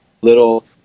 little